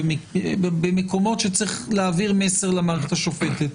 במקומות שצריך להעביר מסר למערכת השופטת.